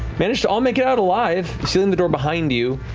managed to all make it out alive sealing the door behind you,